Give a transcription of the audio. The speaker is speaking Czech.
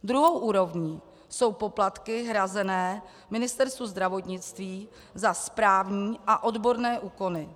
Druhou úrovní jsou poplatky hrazené Ministerstvu zdravotnictví za správní a odborné úkony.